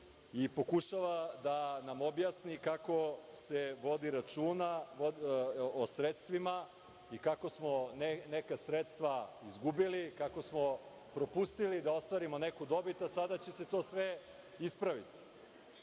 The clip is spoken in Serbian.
i pokušava da nam objasni kako se vodi računa o sredstvima i kako smo neka sredstva izgubili i kako smo propustili da ostvarimo neku dobit, a sada će se to sve ispraviti.